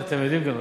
אתם יודעים,